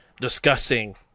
discussing